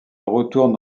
retourne